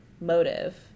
motive